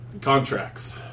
Contracts